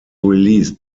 released